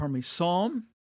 Psalm